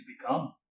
become